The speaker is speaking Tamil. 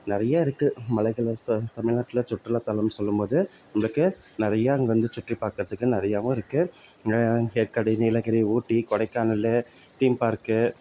நிறையா இருக்கு மலைகளை சொ தமிழ்நாட்ல சுற்றுலாத்தலம்ன்னு சொல்லும் போது நம்பளுக்கு நிறையா அந்த வந்து சுற்றி பார்க்குறதுக்கு நிறையாவும் இருக்கு ஏற்காடு நீலகிரி ஊட்டி கொடைக்கானல்லு தீம் பார்க்கு